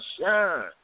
Shine